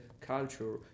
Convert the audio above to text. culture